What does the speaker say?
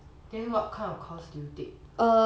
then what kind of course do you take